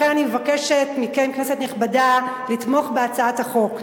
לכן אני מבקשת מכם, כנסת נכבדה, לתמוך בהצעת החוק.